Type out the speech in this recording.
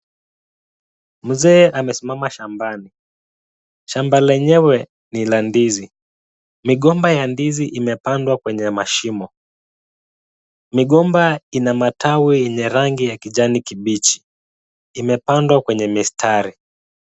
Mzee amesimama shambani. Shamba lenyewe ni la ndizi. Migomba ya ndizi imepandwa kwenye mashimo. Migomba ina matawi yenye rangi ya kijani kibichi. Imepandwa kwenye mistari.